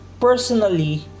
personally